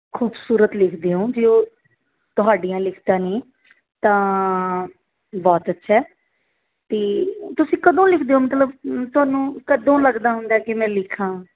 ਖੂਬਸੂਰਤ ਲਿਖਦੇ ਹੋ ਜੇ ਉਹ ਤੁਹਾਡੀਆਂ ਲਿਖਤਾਂ ਨੇ ਤਾਂ ਬਹੁਤ ਅੱਛਾ ਹੈ ਅਤੇ ਤੁਸੀਂ ਕਦੋਂ ਲਿਖਦੇ ਹੋ ਮਤਲਬ ਤੁਹਾਨੂੰ ਕਦੋਂ ਲੱਗਦਾ ਹੁੰਦਾ ਕਿ ਮੈਂ ਲਿਖਾਂ